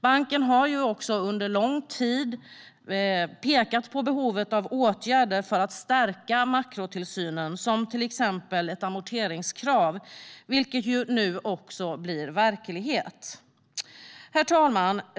Banken har under lång tid pekat på behovet av åtgärder för att stärka makrotillsynen, till exempel ett amorteringskrav - vilket nu också blir verklighet. Herr talman!